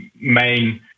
main